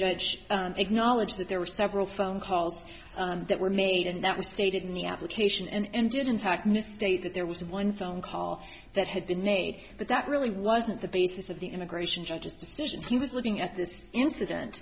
judge acknowledged that there were several phone calls that were made and that was stated in the application and didn't talk misstate that there was one phone call that had been made but that really wasn't the basis of the immigration judge's decision he was looking at this incident